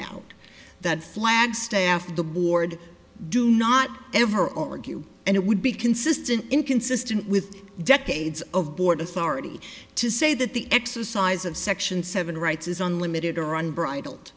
out that flagstaff and the board do not ever all argue and it would be consistent inconsistent with decades of board authority to say that the exercise of section seven rights is unlimited or unbridled